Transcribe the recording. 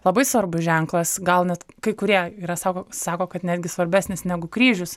labai svarbus ženklas gal net kai kurie yra sako sako kad netgi svarbesnis negu kryžius